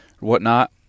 whatnot